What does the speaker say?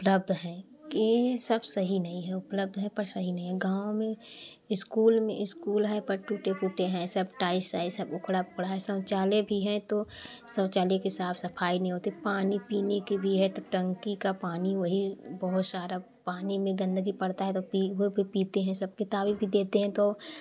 उपलब्ध हैं की सब सही नहीं है उपलब्ध हैं पर सही नही गाँव में स्कूल में स्कूल है पर टूटे फूटे हैं सब टाइल्स आइल्स सब उखड़ा पड़ा है शौचालय भी है तो शौचालय की साफ़ सफाई नहीं होती पानी पीने की भी है तो टंकी का पानी वही बहुत सारा पानी में गंदगी पड़ता है तो पी वो फिर पीते हैं सब किताबे भी देते हैं तो